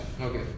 Okay